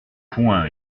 point